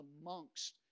amongst